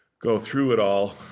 go through it all.